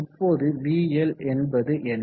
இப்போது vL என்பது என்ன